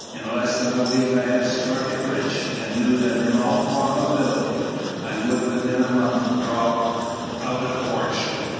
in less than a week i had struck it rich and knew that in all probability i would within a month draw out a fortune.